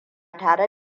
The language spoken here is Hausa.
tare